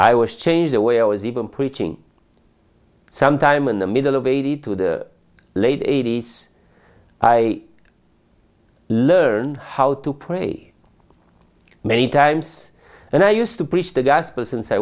i was changed away i was even preaching sometime in the middle of eighty two the late eighty's i learned how to pray many times and i used to preach the gospel since i